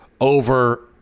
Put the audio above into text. over